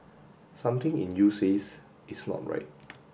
something in you says it's not right